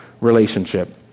relationship